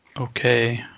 okay